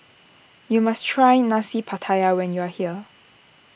you must try Nasi Pattaya when you are here